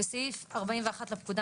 בסעיף 41 לפקודה,